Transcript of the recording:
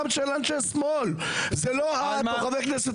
גם של אנשי שמאל; זה לא את או חבר הכנסת